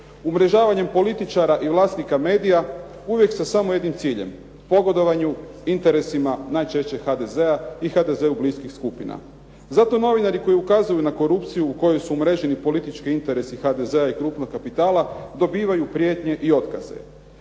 umrežavanjem političara i vlasnika medija uvijek sa samo jednim ciljem, pogodovanju, interesima najčešće HDZ-a i HDZ-u bliskih skupina. Zato novinari koji ukazuju na korupciju u kojoj su umreženi politički interesi HDZ-a i krupnog kapitala dobivaju prijetnje i otkaze.